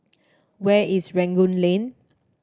where is Rangoon Lane